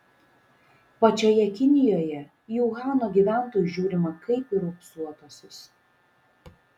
pačioje kinijoje į uhano gyventojus žiūrima kaip į raupsuotuosius